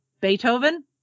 Beethoven